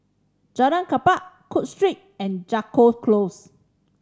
Jalan Klapa Cook Street and Jago Close